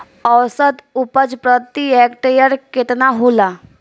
औसत उपज प्रति हेक्टेयर केतना होला?